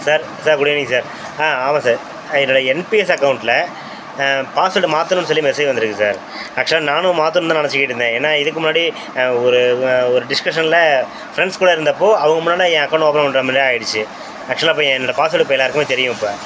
sir sir good evening sir ஆ ஆமாம் sir என்னோடய என் பி எஸ் அக்கௌண்ட்டில் பாஸ்வேர்டு மாற்றணுன்னு சொல்லி மெசேஜ் வந்திருக்கு சார் ஆக்ஷுவலாக நானும் மாற்றணும் தான் நெனைச்சிக்கிட்ருந்தேன் ஏன்னா இதுக்கு முன்னாடி ஒரு ஒரு டிஸ்கஷனில் ஃப்ரெண்ட்ஸ் கூட இருந்தப்போது அவங்க முன்னால் என் அக்கௌண்ட்டை ஓப்பன் பண்ணுற மாதிரி ஆகிடுச்சி ஆக்ஷுவலாக இப்போ என்னோடய பாஸ்வேர்டு இப்போ எல்லோருக்குமே தெரியும் இப்போ